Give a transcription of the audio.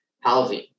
housing